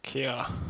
okay lah